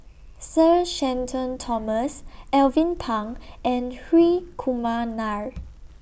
Sir Shenton Thomas Alvin Pang and Hri Kumar Nair